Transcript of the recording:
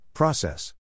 Process